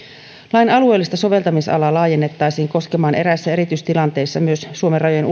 lain alueellista soveltamisalaa laajennettaisiin koskemaan eräissä erityistilanteissa myös suomen rajojen